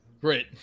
Great